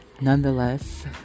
nonetheless